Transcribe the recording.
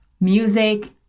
music